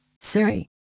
Siri